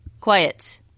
Quiet